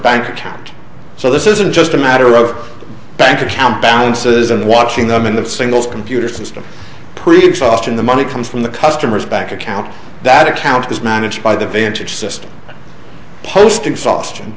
bank account so this isn't just a matter of bank account balances and watching them in the singles computer system predicts often the money comes from the customers back account that account is managed by the vantage system post exhaustion